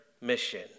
mission